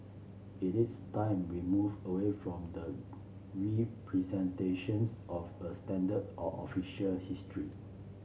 it is time we move away from the representations of a standard or official history